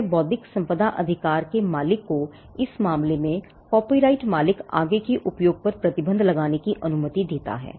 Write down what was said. वह बौद्धिक संपदा अधिकार के मालिक कोइस मामले में कॉपीराइट मालिक आगे के उपयोग पर प्रतिबंध लगाने के लिए अनुमति देता है